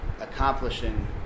accomplishing